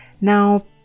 Now